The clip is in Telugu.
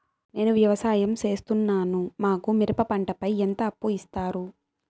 నేను వ్యవసాయం సేస్తున్నాను, మాకు మిరప పంటపై ఎంత అప్పు ఇస్తారు